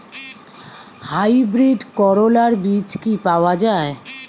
Hybrid করলার বীজ কি পাওয়া যায়?